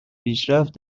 پیشرفت